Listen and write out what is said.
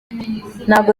ntabwo